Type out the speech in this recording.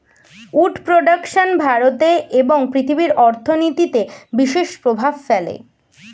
would production ভারতে এবং পৃথিবীর অর্থনীতিতে বিশেষ প্রভাব ফেলে